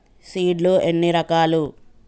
Seed లు ఎన్ని రకాలు?